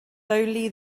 only